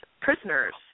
prisoners